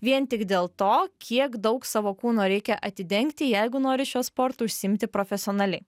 vien tik dėl to kiek daug savo kūno reikia atidengti jeigu nori šiuo sportu užsiimti profesionaliai